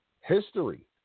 history